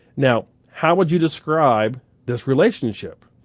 now, how would you describe this relationship?